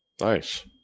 nice